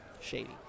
shady